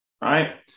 right